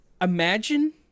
imagine